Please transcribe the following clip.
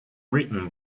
written